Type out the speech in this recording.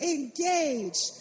Engage